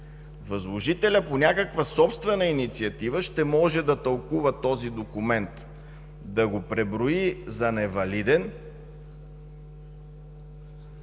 Възложителят по собствена инициатива ще може да тълкува този документ, да го преброи за невалиден,